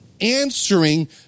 answering